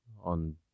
on